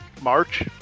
March